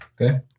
Okay